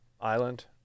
Island